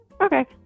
Okay